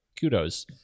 kudos